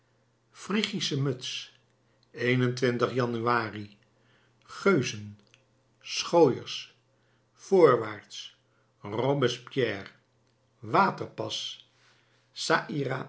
phrygische muts een-en-twintig januari geuzen schooiers voorwaarts robespierre waterpas